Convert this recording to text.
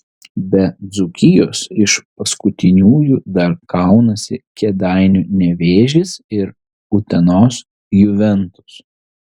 be dzūkijos iš paskutiniųjų dar kaunasi kėdainių nevėžis ir utenos juventus